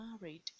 married